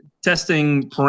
Testing